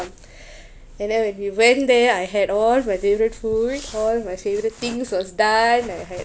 and then when we went there I had all my favorite food all my favorite things was done I had